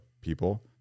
people